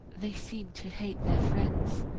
they seemed to hate their friends,